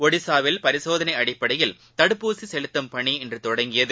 ஒடிசாவில் பரிசோதளைஅடிப்படையில் தடுப்பூசிசெலுத்தும் பணி இன்றுதொடங்கியது